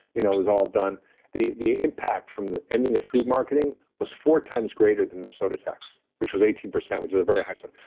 you know it was all done the the impact from the ending of food marketing was four times greater than the soda tax, which was eighteen which is very high. so,